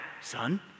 son